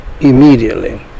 immediately